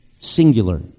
singular